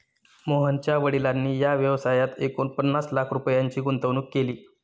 मोहनच्या वडिलांनी या व्यवसायात एकूण पन्नास लाख रुपयांची गुंतवणूक केली